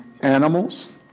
animals